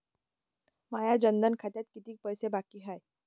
माया जनधन खात्यात कितीक पैसे बाकी हाय?